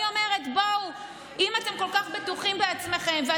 אל תקבעו לנו איך לחנך את